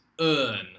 earn